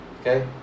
okay